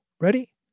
Ready